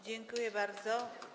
Dziękuję bardzo.